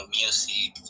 music